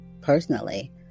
personally